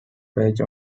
page